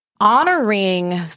honoring